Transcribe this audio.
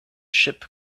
ship